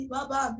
Baba